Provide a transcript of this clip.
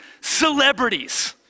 celebrities